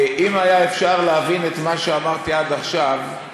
אם היה אפשר להבין את מה שאמרתי עד עכשיו,